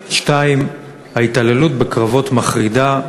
2. ההתעללות בקרבות מחרידה,